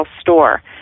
store